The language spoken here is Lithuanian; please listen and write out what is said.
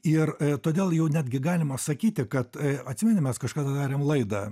ir todėl jau netgi galima sakyti kad atsimeni mes kažkada darėm laidą